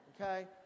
Okay